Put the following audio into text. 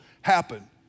happen